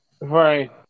right